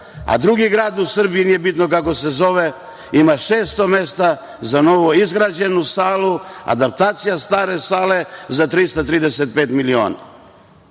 a drugi grad u Srbiji, nije bitno kako se zove, ima 600 mesta za novoizgrađenu salu, adaptacija stare sale za 335 miliona.